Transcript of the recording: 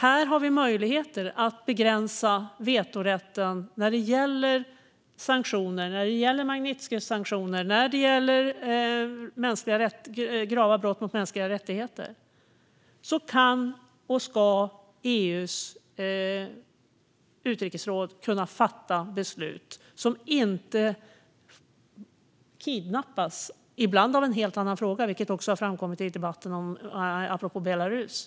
Här har vi möjligheter att begränsa vetorätten när det gäller sanktioner, när det gäller Magnitskijsanktioner och när det gäller grava brott mot mänskliga rättigheter. Då kan och ska EU:s utrikesråd kunna fatta beslut som inte kidnappas, ibland av en helt annan fråga, vilket också har framkommit i debatten apropå Belarus.